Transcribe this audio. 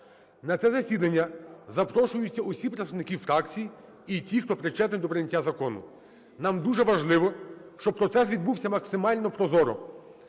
На це засідання запрошуються усі представники фракцій і ті, хто причетні до прийняття закону. Нам дуже важливо, щоб процес відбувся максимально прозоро,